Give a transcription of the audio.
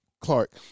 Clark